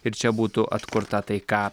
ir čia būtų atkurta taika